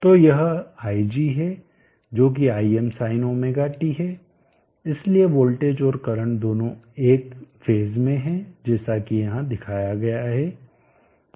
तो यह ig है जो कि Imsinωt है इसलिए वोल्टेज और करंट दोनों का एक फेज में है जैसा कि यहां दिखाया गया है